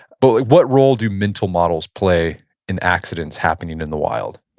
but what role do mental models play in accidents happening in the wild?